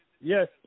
Yes